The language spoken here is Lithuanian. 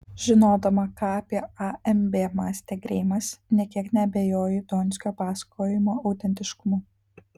žinodama ką apie amb mąstė greimas nė kiek neabejoju donskio pasakojimo autentiškumu